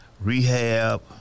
rehab